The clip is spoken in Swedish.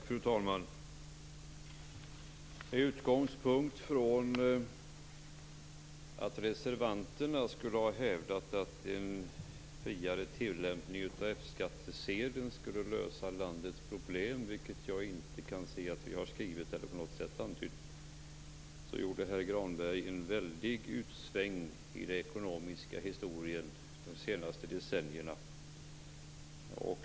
Fru talman! Med utgångspunkt från att reservanterna skulle ha hävdat att en friare tillämpning av F skattsedeln skulle lösa landets problem, vilket jag inte kan se att vi har skrivit eller på något sätt antytt, gjorde herr Granberg en väldig sväng ut i den ekonomiska historien de senaste decennierna.